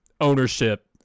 ownership